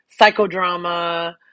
psychodrama